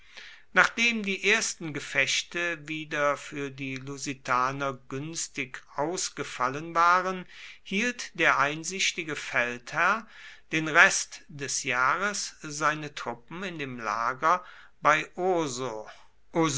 nachdem die ersten gefechte wieder für die lusitaner günstig ausgefallen waren hielt der einsichtige feldherr den rest des jahres seine truppen in dem lager bei urso